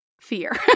fear